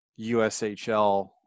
USHL